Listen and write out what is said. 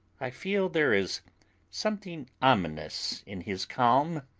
i feel there is something ominous in his calm,